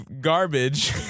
garbage